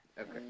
Okay